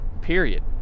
period